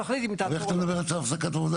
אבל איך אתה מדבר על צו הפסקת עבודה?